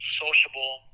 sociable